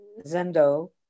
Zendo